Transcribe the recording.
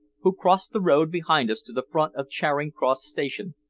who crossed the road behind us to the front of charing cross station,